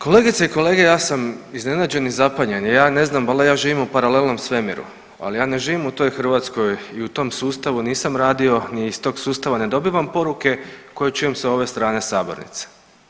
Kolegice i kolege, ja sam iznenađen i zapanjen, ja ne znam valjda ja živim u paralelnom svemiru ali ja ne živim u toj Hrvatskoj i u tom sustavu nisam radio i iz tog sustava ne dobivam poruke koje čujem sa ove strane sabornice.